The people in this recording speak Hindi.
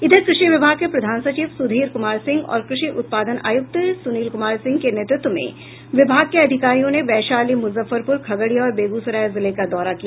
इधर कृषि विभाग के प्रधान सचिव सुधीर कुमार सिंह और कृषि उत्पादन आयुक्त सुनील कुमार सिंह के नेतृत्व में विभाग के अधिकारियों ने वैशाली मूजफ्फरपूर खगड़िया और बेगूसराय जिले का दौरा किया